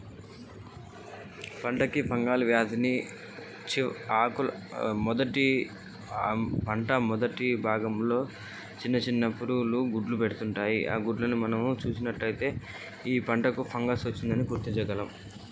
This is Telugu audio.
పంట కి ఫంగల్ వ్యాధి ని ఎలా గుర్తించగలం?